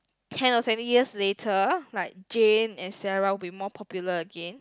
ten or twenty years later like Jane and Sarah would be more popular again